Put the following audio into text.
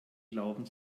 glauben